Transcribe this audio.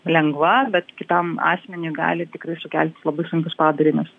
lengva bet kitam asmeniui gali tikrai sukelti labai sunkius padarinius